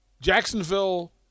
jacksonville